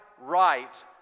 right